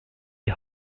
die